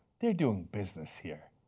they're doing business here,